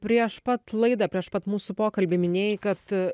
prieš pat laidą prieš pat mūsų pokalbį minėjai kad